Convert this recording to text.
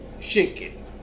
Chicken